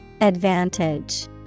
Advantage